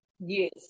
Yes